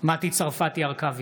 מטי צרפתי הרכבי,